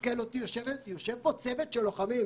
מתסכל אותי שיושב פה צוות של לוחמים.